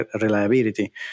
reliability